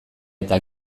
eta